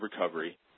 recovery